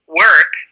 work